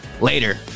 later